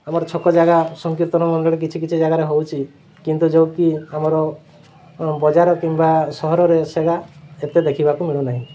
ଆମର ଛକ ଜାଗା ସଂକୀର୍ତ୍ତନ ମଣ୍ଡଳୀରେ କିଛି କିଛି ଜାଗାରେ ହେଉଛି କିନ୍ତୁ ଯେଉଁକି ଆମର ବଜାର କିମ୍ବା ସହରରେ ସେଇଟା ଏତେ ଦେଖିବାକୁ ମିଳୁନାହିଁ